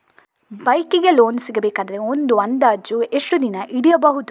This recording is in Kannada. ಬೈಕ್ ಗೆ ಲೋನ್ ಸಿಗಬೇಕಾದರೆ ಒಂದು ಅಂದಾಜು ಎಷ್ಟು ದಿನ ಹಿಡಿಯಬಹುದು?